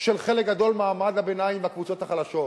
של חלק גדול ממעמד הביניים והקבוצות החלשות.